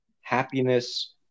happiness